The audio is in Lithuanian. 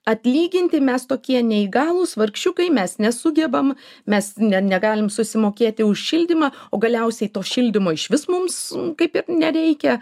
atlyginti mes tokie neįgalūs vargšiukai mes nesugebam mes ne negalim susimokėti už šildymą o galiausiai to šildymo išvis mums kaip ir nereikia